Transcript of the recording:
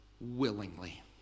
willingly